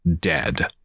dead